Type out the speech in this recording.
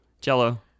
Jello